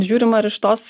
žiūrima ir iš tos